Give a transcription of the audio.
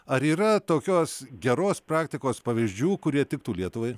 ar yra tokios geros praktikos pavyzdžių kurie tiktų lietuvai